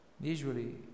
Usually